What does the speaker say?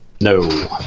No